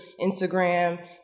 Instagram